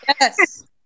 Yes